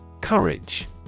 courage